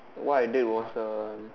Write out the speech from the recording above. what I did was uh